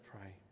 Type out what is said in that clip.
pray